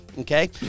okay